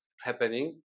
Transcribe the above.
happening